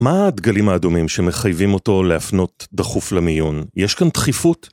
מה הדגלים האדומים שמחייבים אותו להפנות דחוף למיון? יש כאן דחיפות?